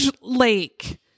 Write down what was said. lake